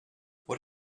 what